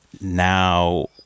now